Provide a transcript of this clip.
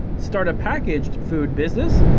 start a packaged food business,